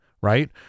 right